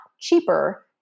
cheaper